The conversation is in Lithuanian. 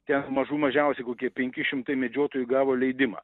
ten mažų mažiausiai kokie penki šimtai medžiotojų gavo leidimą